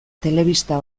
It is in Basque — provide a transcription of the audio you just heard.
telebista